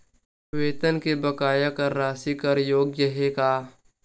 वेतन के बकाया कर राशि कर योग्य हे का?